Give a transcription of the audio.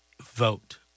Vote